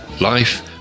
Life